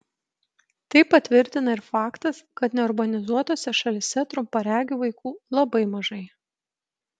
tai patvirtina ir faktas kad neurbanizuotose šalyse trumparegių vaikų labai mažai